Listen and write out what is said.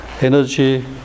energy